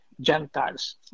Gentiles